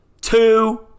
two